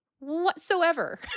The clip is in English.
whatsoever